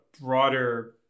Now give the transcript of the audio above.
broader